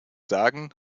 sagen